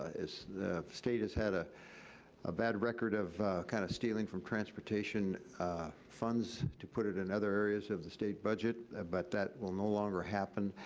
ah the state has had a ah bad record of kind of stealing from transportation funds to put it in other areas of the state budget, but that will no longer happen.